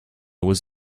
was